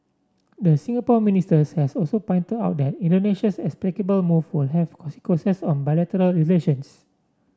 the Singapore ministers has also pointed out that Indonesia's inexplicable move will have consequences on bilateral relations